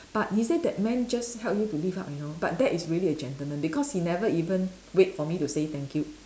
but you see that man just help you to lift up you know but that is really a gentleman because he never even wait for me to say thank you